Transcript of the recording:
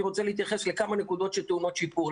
אני רוצה להתייחס לכמה נקודות הטעונות שיפור.